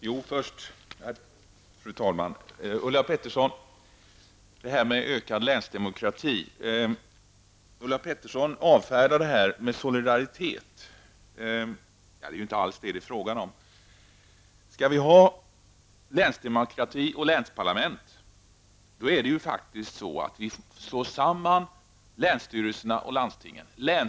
Fru talman! Ulla Persson avfärdade en ökad länsdemokrati med kravet på solidaritet. Det är ju inte alls fråga om det. Om vi skall ha länsdemokrati och länsparlament kommer länsstyrelserna och landstingen att slås samman.